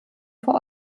vor